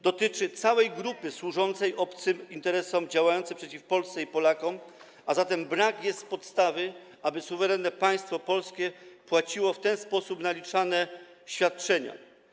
Dotyczy to całej grupy służącej obcym interesom działającym przeciw Polsce i Polakom, a zatem brak jest podstawy, aby suwerenne państwo polskie płaciło w ten sposób naliczane świadczenia.